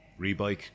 Rebike